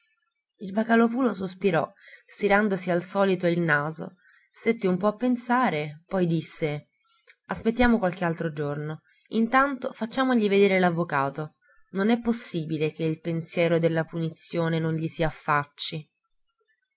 mese il vocalòpulo sospirò stirandosi al solito il naso stette un po a pensare poi disse aspettiamo qualche altro giorno intanto facciamogli vedere l'avvocato non è possibile che il pensiero della punizione non gli si affacci